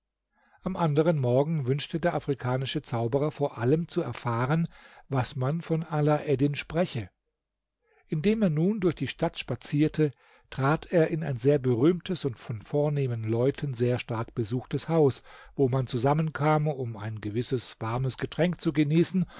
am anderen morgen wünschte der afrikanische zauberer vor allem zu erfahren was man von alaeddin spreche indem er nun durch die stadt spazierte trat er in ein sehr berühmtes und von vornehmen leuten sehr stark besuchtes haus wo man zusammenkam um ein gewisses warmes getränk zu genießen